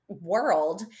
world